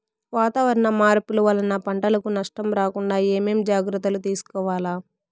వాతావరణ మార్పులు వలన పంటలకు నష్టం రాకుండా ఏమేం జాగ్రత్తలు తీసుకోవల్ల?